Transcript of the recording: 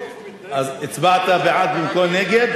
אז הצבעת בעד במקום נגד?